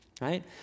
right